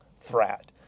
threat